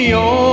on